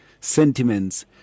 sentiments